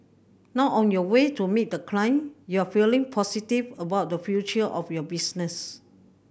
now on your way to meet the client you are feeling positive about the future of your business